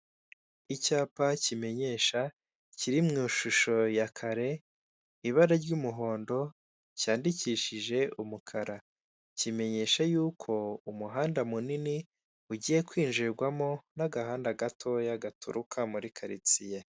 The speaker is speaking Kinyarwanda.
Icyapa kimenyesha, kiri mu ishusho ya kare, ibara ry'umuhondo, cyandikishije umukara. Kimenyesha yuko umuhanda munini ugiye kwinjirwamo n'agahanda gatoya gaturuka muri karitsiye.